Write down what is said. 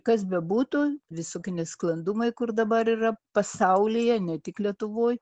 kas bebūtų visoki nesklandumai kur dabar yra pasaulyje ne tik lietuvoj